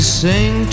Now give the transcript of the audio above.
sing